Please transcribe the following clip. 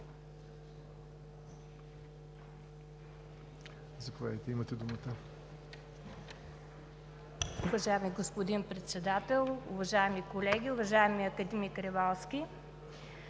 Заповядайте, имате думата.